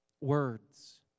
Words